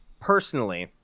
Personally